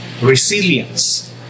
resilience